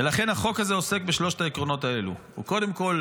ולכן החוק הזה עוסק בשלושת העקרונות האלו: הוא קודם כול